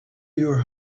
your